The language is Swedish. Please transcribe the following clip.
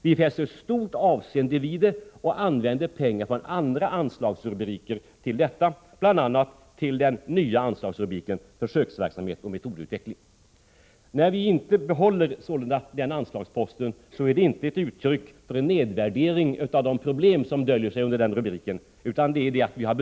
Vi fäster stort avseende vid dessa frågor och använder pengar från andra anslagsrubriker till detta, främst landramarna, men härutöver finns pengar under den nya anslagsrubriken Försöksverksamhet och metodutveckling. När vi sålunda inte behåller den tidigare anslagsposten är det inte ett uttryck för en nedvärdering av de problem som döljer sig under den rubriken.